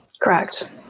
Correct